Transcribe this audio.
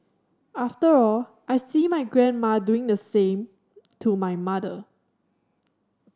after all I see my grandma doing the same to my mother